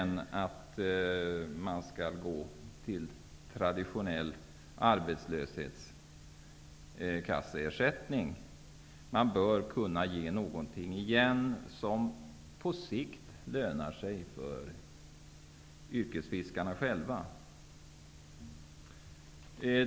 Nu är det fråga om traditionell arbetslöshetskasseersättning. Man bör kunna ge igen någonting som på sikt lönar sig för yrkesfiskarna själva.